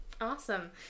Awesome